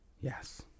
Yes